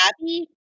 happy